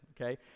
okay